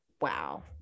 wow